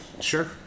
Sure